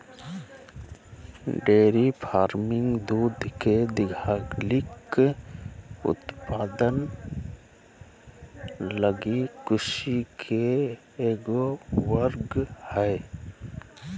dairy farming दूध के दीर्घकालिक उत्पादन लगी कृषि के एगो वर्ग हइ